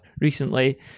recently